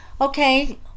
Okay